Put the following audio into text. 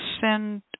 send